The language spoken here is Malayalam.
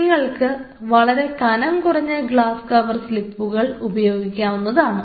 നിങ്ങൾക്ക് വളരെ കനം കുറഞ്ഞ ഗ്ലാസ് കവർ സ്ലിപ്പുകൾ ഉപയോഗിക്കാവുന്നതാണ്